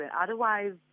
Otherwise